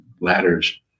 ladders